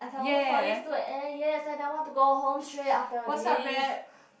I can't wait for this to end yes and then want to go home straight after this